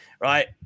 right